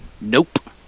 Nope